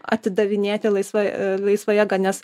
atidavinėti laisva a laisva jėga nes